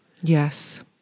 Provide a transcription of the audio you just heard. Yes